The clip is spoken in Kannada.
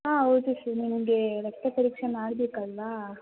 ಹಾಂ ಹೌದು ಸರ್ ನಿಮಗೆ ರಕ್ತ ಪರೀಕ್ಷೆ ಮಾಡಬೇಕಲ್ವಾ